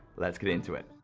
let's get into it.